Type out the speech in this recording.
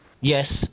Yes